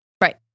Right